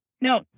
no